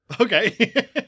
Okay